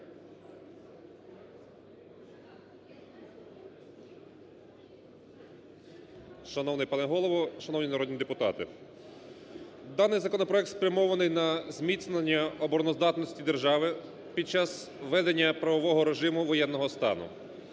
Шановний пане Голово, шановні народні депутати! Даний законопроект спрямований на зміцнення обороноздатності держави під час введення правового режиму воєнного стану,